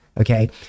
Okay